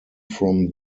from